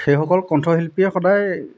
সেইসকল কণ্ঠশিল্পীয়ে সদায়